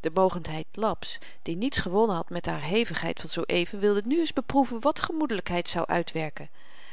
de mogendheid laps die niets gewonnen had met haar hevigheid van zoo-even wilde nu eens beproeven wat gemoedelykheid zou uitwerken